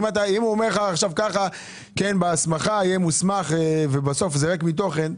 אם הוא אומר לך עכשיו שבהסמכה יהיה מוסמך ובסוף זה ריק מתוכן,